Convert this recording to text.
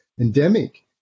endemic